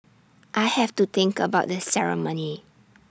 I have to think about the ceremony